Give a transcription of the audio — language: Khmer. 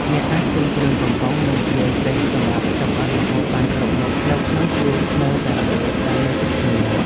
អ្នកអាចទិញគ្រឿងកំប៉ុងនិងគ្រឿងទេសសម្រាប់ចម្អិនម្ហូបបានគ្រប់មុខនៅក្នុងជួរធ្នើរតែមួយដែលនៅជិតគ្នា។